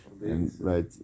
right